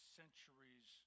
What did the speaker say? centuries